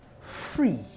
free